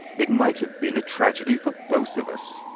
it might have been a tragedy for both of us.